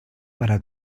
para